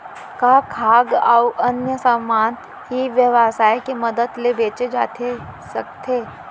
का खाद्य अऊ अन्य समान ई व्यवसाय के मदद ले बेचे जाथे सकथे?